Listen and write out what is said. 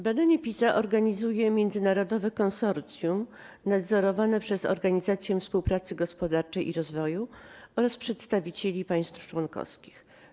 Badanie PISA organizuje międzynarodowe konsorcjum nadzorowane przez Organizację Współpracy Gospodarczej i Rozwoju oraz przedstawicieli państw członkowskich.